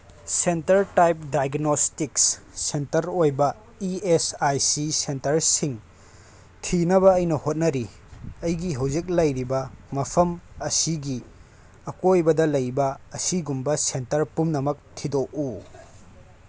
centre type diagnostics centre ꯑꯣꯏꯕ E S I C ꯁꯦꯟꯇꯔꯁꯤꯡ ꯊꯤꯅꯕ ꯑꯩꯅ ꯍꯣꯠꯅꯔꯤ ꯑꯩꯒꯤ ꯍꯧꯖꯤꯛ ꯂꯩꯔꯤꯕ ꯃꯐꯝ ꯑꯁꯤꯒꯤ ꯑꯀꯣꯏꯕꯗ ꯂꯩꯕ ꯑꯁꯤꯒꯨꯝꯕ ꯁꯦꯟꯇꯔ ꯄꯨꯝꯅꯃꯛ ꯊꯤꯗꯣꯛꯎ